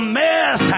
mess